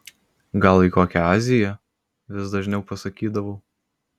gal į kokią aziją vis dažniau pasakydavau